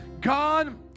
God